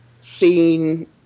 seen